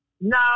No